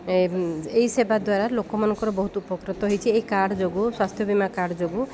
ଏହି ସେବା ଦ୍ୱାରା ଲୋକମାନଙ୍କର ବହୁତ ଉପକୃତ ହୋଇଛି ଏହି କାର୍ଡ୍ ଯୋଗୁଁ ସ୍ୱାସ୍ଥ୍ୟ ବୀମା କାର୍ଡ୍ ଯୋଗୁଁ